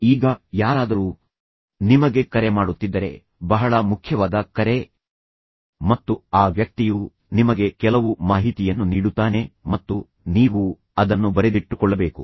ಈಗ ಯಾರಾದರೂ ನಿಮಗೆ ಕರೆ ಮಾಡುತ್ತಿದ್ದರೆ ಬಹಳ ಮುಖ್ಯವಾದ ಕರೆ ಮತ್ತು ಆ ವ್ಯಕ್ತಿಯು ನಿಮಗೆ ಕೆಲವು ಮಾಹಿತಿಯನ್ನು ನೀಡುತ್ತಾನೆ ಮತ್ತು ನೀವು ಅದನ್ನು ಬರೆದಿಟ್ಟುಕೊಳ್ಳಬೇಕು